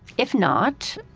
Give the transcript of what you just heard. if not,